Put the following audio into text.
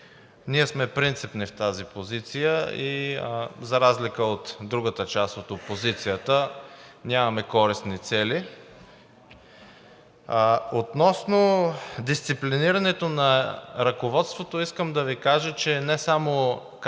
Ние сме принципни в тази позиция и за разлика от другата част от опозицията нямаме користни цели. Относно дисциплинирането на ръководството искам да Ви кажа, че не само краткият